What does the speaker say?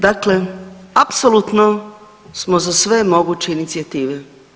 Dakle, apsolutno smo za sve moguće inicijative.